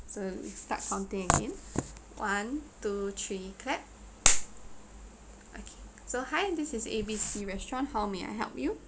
so we start counting again one two three clap okay so hi this is A_B_C restaurant how may I help you